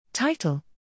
Title